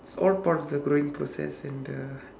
it's all part of the growing process and the